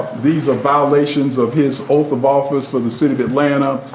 these are violations of his oath of office for the city of atlanta,